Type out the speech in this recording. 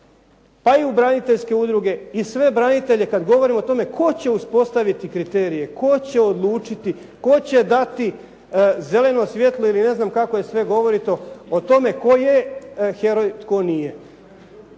pa i u braniteljske udruge i sve branitelje kada govorimo o tome tko će uspostaviti kriterije, tko će odlučiti, tko će dati zeleno svjetlo ili ne znam kako je sve govoreno o tome, tko je heroj, tko nije.